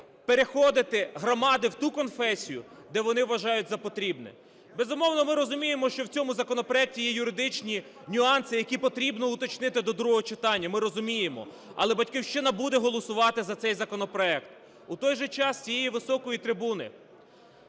переходити, громади в ту конфесію, де вони вважають за потрібне. Безумовно, ми розуміємо, що в цьому законопроекті є юридичні нюанси, які потрібно уточнити до другого читання, ми розуміємо, але "Батьківщина" буде голосувати за цей законопроект. У той же час, з цієї високої трибуни